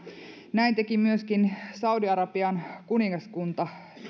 näin teki myöskin saudi arabian kuningaskunta